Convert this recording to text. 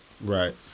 Right